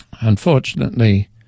Unfortunately